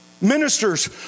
ministers